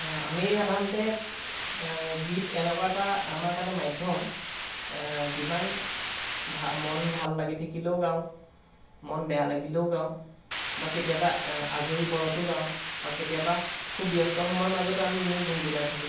আমি সাধাৰণতে গীত এনেকুৱা এটা আমাৰ কাৰণে মাধ্যম যিমান ভা মন ভাল লাগি থাকিলেও গাওঁ মন বেয়া লাগিলেও গাওঁ বা কেতিয়াবা আজৰি পৰতো গাওঁ কেতিয়াবা খুব ব্যস্ত সময়ৰ মাজতো আমি এনেই গুণগুণাই থাকোঁ